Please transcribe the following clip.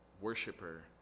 worshiper